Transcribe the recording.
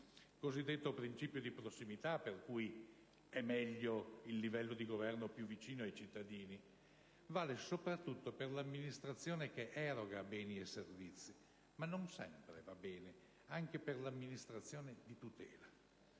(il cosiddetto principio di prossimità), per cui è meglio il livello di governo più vicino ai cittadini, vale soprattutto per l'amministrazione che eroga beni e servizi, ma non sempre va bene anche per l'amministrazione di tutela.